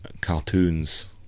cartoons